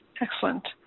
Excellent